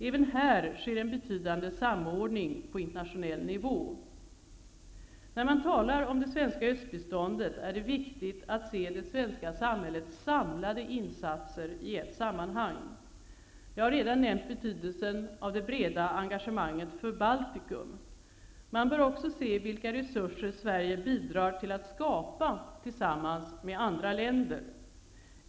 Även här sker en betydande samordning på internationell nivå. När man talar om det svenska östbiståndet är det viktigt att se det svenska samhällets samlade insatser i ett sammanhang. Jag har redan nämnt betydelsen av det breda engagemanget för Baltikum. Man bör också se vilka resurser Sverige bidrar till att skapa tillsammans med andra länder.